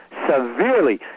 severely